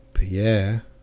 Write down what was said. Pierre